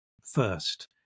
first